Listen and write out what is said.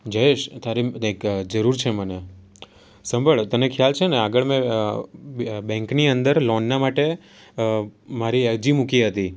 જયેશ તારે એક જરૂર છે મને સાંભળ તને ખ્યાલ છે ને આગળ મેં બૅન્કની અંદર લોનના માટે મારી અરજી મૂકી હતી